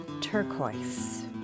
turquoise